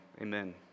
Amen